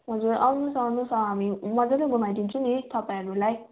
हजुर आउनुहोस् आउनुहोस् अँ हामी मज्जाले घुमाइदिन्छौँ नि तपाईँहरूलाई